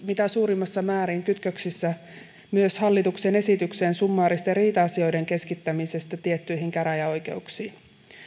mitä suurimmassa määrin kytköksissä myös hallituksen esitykseen summaaristen riita asioiden keskittämisestä tiettyihin käräjäoikeuksiin